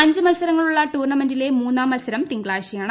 അഞ്ച് മത്സരങ്ങളുള്ള ടൂർണമെന്റിലെ മൂന്നാം മത്സരം തിങ്കളാഴ്ചയാണ്